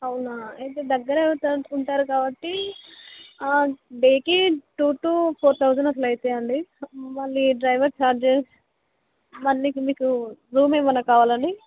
అవునా అయితే దగ్గర ఉంటారు ఉంటారు కాబట్టి డేకి టూ టు ఫోర్ థౌసండ్ అట్లా అవుతుంది అండి మళ్ళీ డ్రైవర్ చార్జెస్ మళ్ళీ మీకు రూమ్ ఏమన్న కావాలా అండి